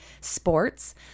sports